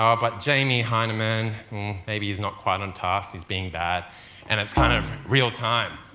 ah but jamie heineman maybe is not quite on task, he's being bad and it's kind of real time.